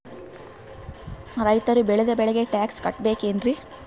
ರೈತರು ಬೆಳೆದ ಬೆಳೆಗೆ ಟ್ಯಾಕ್ಸ್ ಕಟ್ಟಬೇಕೆನ್ರಿ?